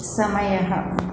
समयः